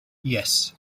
yes